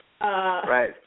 right